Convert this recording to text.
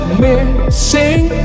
missing